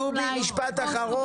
דובי, משפט אחרון.